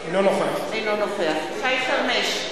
אינו נוכח שי חרמש,